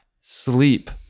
sleep